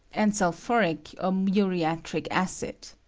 and sulphuric or muriatic acid.